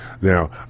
Now